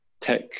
tech